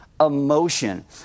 emotion